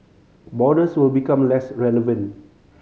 borders will become less relevant